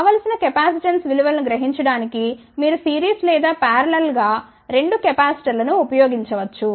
కావలసిన కెపాసిటెన్స్ విలువ ను గ్రహించడానికి మీరు సిరీస్ లేదా పారలల్ గా రెండు కెపాసిటర్ లను ఉపయోగించవచ్చు